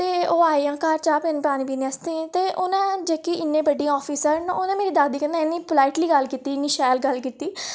ते ओह् आइयां घर चाह् पानी पीने आस्तै ते उ'नें जेह्की इन्नी बड्डी आफॅिसर न उ'नें मेरी दादी कन्नै इन्नी पोलाईटली गल्ल कीती इन्नी शैल गल्ल कीती